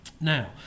Now